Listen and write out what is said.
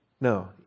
No